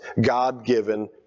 God-given